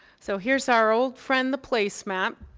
so here's our old friend the place map.